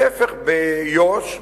להיפך, ביו"ש,